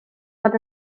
bod